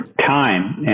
time